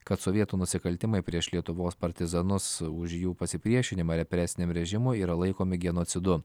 kad sovietų nusikaltimai prieš lietuvos partizanus už jų pasipriešinimą represiniam režimui yra laikomi genocidu